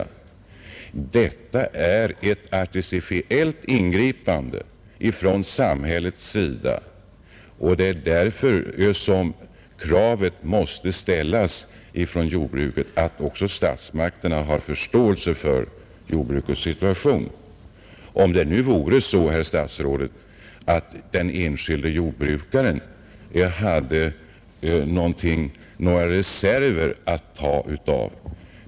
Nu rör det sig däremot om ett artificiellt ingripande av samhället, och det är därför jordbruket måste ställa kravet att statsmakterna har förståelse för dess situation. Om det vore så, herr statsråd, att den enskilde jordbrukaren hade några reserver att ta av vore problemet mindre.